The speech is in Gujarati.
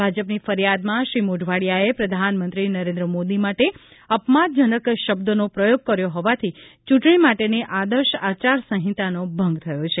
ભાજપની ફરિયાદમાં શ્રી મોઢવાડીયાએ પ્રધાનમંત્રી નરેન્દ્રમોદી માટે અપમાનજનક શબ્દનો પ્રયોગ કર્યો હોવાથી ચૂંટણી માટેની આદર્શ આચાર સંહિતાનો ભંગ થયો છે